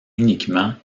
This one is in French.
uniquement